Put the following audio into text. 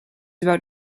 about